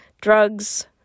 drugs